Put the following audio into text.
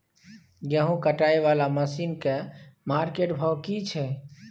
गेहूं कटाई वाला मसीन के मार्केट भाव की छै?